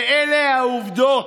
ואלה העובדות,